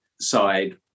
side